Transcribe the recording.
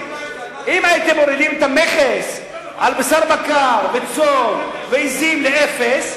הייתם מורידים את המכס על בשר בקר וצאן ועזים לאפס,